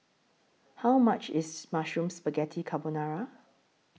How much IS Mushroom Spaghetti Carbonara